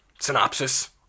Synopsis